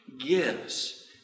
gives